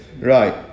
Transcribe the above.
Right